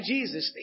Jesus